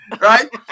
right